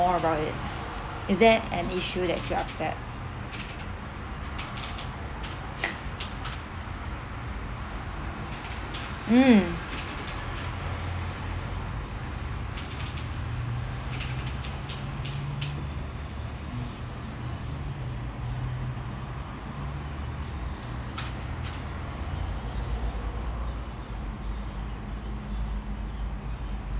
about it is there an issue that you're upset mm